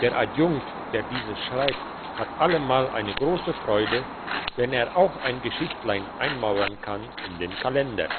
der adjunkt der dieses schreibt hat allemal eine grosse freude wenn er auch ein geschichtlein einmauren kann in den kalender